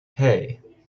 hey